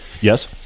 Yes